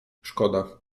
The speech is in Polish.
szkoda